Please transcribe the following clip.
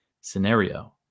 scenario